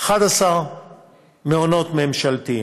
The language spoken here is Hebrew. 11 מעונות ממשלתיים.